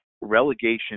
relegation